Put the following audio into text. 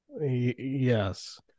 yes